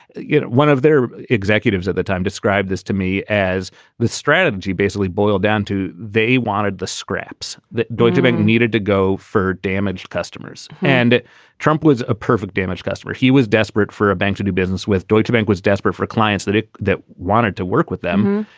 you know, one of their executives at the time described this to me as the strategy basically boiled down to they wanted the scraps that deutschebank needed to go for damaged customers. and trump was a perfect, damaged customer. he was desperate for a bank to do business with deutsche bank, was desperate for clients that that wanted to work with them.